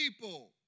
people